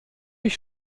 ich